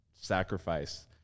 Sacrifice